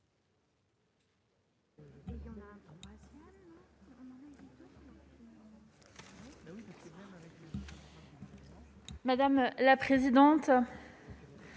Madame la présidente,